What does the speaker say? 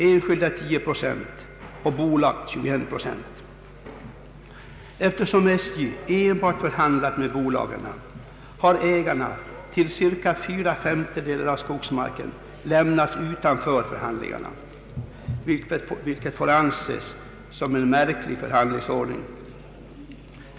14 procent utgörs av allmänningsskogar, Eftersom SJ enbart har förhandlat med bolagen har ägarna till cirka fyra femtedelar av skogsmarken lämnats utanför förhandlingarna, vilket får anses som en märklig förhandlingsordning.